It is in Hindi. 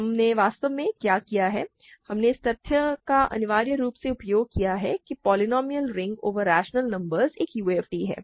हमने वास्तव में क्या किया है कि हमने इस तथ्य का अनिवार्य रूप से उपयोग किया है कि polynomial ring over rational numbers एक UFD है